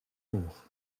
oog